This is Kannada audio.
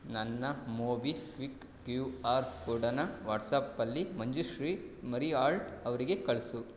ನನ್ನ ಮೊಬಿಕ್ವಿಕ್ ಕ್ಯೂ ಆರ್ ಕೋಡನ್ನ ವಾಟ್ಸಾಪಲ್ಲಿ ಮಂಜುಶ್ರೀ ಮರಿಹಾಳ್ ಅವರಿಗೆ ಕಳಿಸು